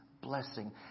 blessing